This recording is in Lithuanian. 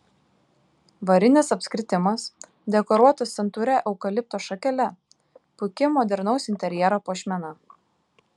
varinis apskritimas dekoruotas santūria eukalipto šakele puiki modernaus interjero puošmena